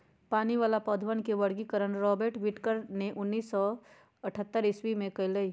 पानी वाला पौधवन के वर्गीकरण रॉबर्ट विटकर ने उन्नीस सौ अथतर ईसवी में कइलय